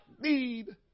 need